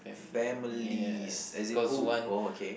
families as in who oh okay